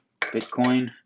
Bitcoin